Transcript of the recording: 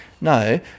No